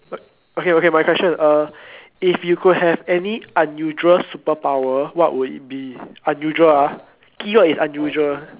okay okay my question uh if you could have any unusual superpower what would it be unusual ah keyword is unusual